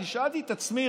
אני רק שאלתי את עצמי,